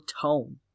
tone